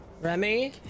Remy